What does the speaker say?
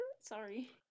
sorry